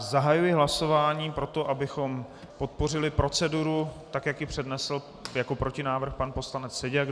Zahajuji hlasování o tom, abychom podpořili proceduru, jak ji přednesl jako protinávrh pan poslanec Seďa.